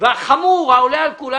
החמור העולה על כולם,